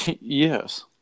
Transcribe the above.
Yes